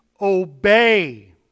obey